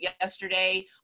yesterday